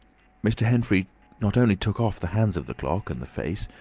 mr. henfrey not only took off the hands of the clock, and the face,